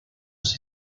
los